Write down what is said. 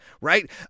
right